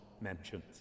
mentions